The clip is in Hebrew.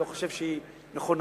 אני לא חושב שהיא נכונה.